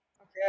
Okay